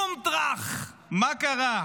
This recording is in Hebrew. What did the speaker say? בום טרך, מה קרה?